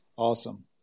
Awesome